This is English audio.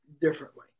differently